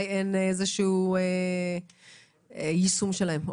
אין יישום שלהם.